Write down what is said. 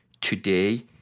today